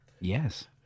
Yes